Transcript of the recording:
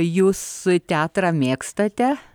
jūs teatrą mėgstate